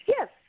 Yes